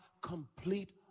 complete